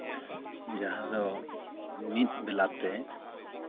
ᱡᱟᱦᱟᱸ ᱫᱚ ᱢᱤᱫ ᱵᱮᱞᱟᱛᱮ